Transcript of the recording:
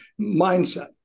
Mindset